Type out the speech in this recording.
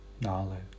knowledge